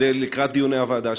לקראת דיוני הוועדה,